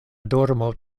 dormo